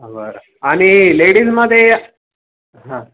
बरं आणि लेडीजमध्ये हां